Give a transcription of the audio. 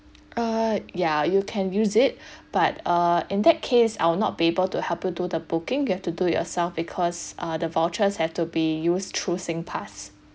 uh ya you can use it but uh in that case I will not be able to help you do the booking you have to do it yourself because uh the vouchers have to be used through singpass